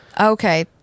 okay